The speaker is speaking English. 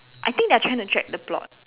I think they're trying to drag the plot